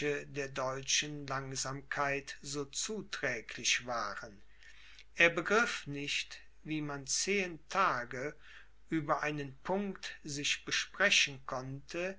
der deutschen langsamkeit so zuträglich waren er begriff nicht wie man zehen tage über einen punkt sich besprechen konnte